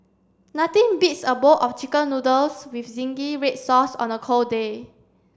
nothing beats a bowl of chicken noodles with zingy read sauce on a cold day